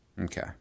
Okay